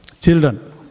children